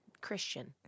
Christian